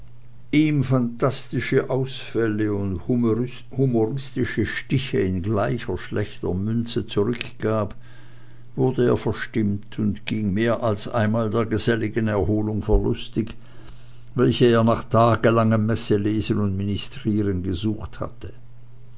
ihm phantastische ausfälle und humoristische stiche in gleicher schlechter münze zurückgab wurde er verstimmt und ging mehr als einmal der geselligen erholung verlustig welche er nach tagelangem messelesen und ministrieren gesucht hatte